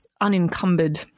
unencumbered